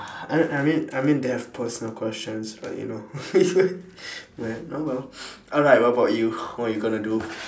I I mean I mean they have personal questions like you know well oh well alright what about you what you gonna do